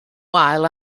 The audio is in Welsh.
wael